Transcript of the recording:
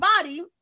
body